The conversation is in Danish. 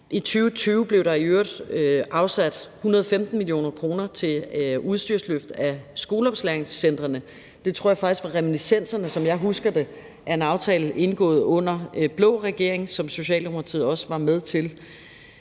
I 2020 blev der i øvrigt afsat 115 mio. kr. til et udstyrsløft af skolepraktikcentrene. Det tror jeg faktisk, som jeg husker det, var reminiscenserne af en aftale indgået under den blå regering, en aftale, som Socialdemokratiet også var med til.